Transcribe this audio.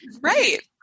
Right